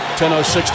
10.06